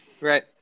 Right